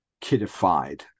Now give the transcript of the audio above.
kidified